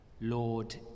Lord